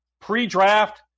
pre-draft